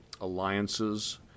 alliances